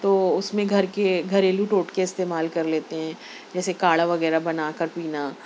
تو اس میں گھر کے گھریلو ٹوٹکے استعمال کر لیتے ہیں جیسے کاڑھا وغیرہ بنا کر پینا